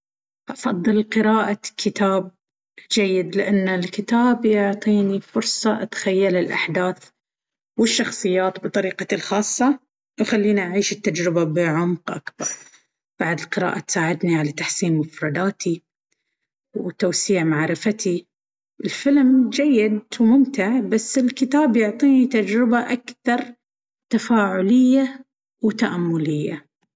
أفضل قراءة كتاب جيد. لأن الكتاب يعطيني فرصة أتخيل الأحداث والشخصيات بطريقتي الخاصة، ويخليني أعيش التجربة بعمق أكبر. بعد، القراءة تساعدني على تحسين مفرداتي وتوسيع معرفتي. الفيلم جيد وممتع، بس الكتاب يعطيني تجربة أكثر تفاعلية وتأملية.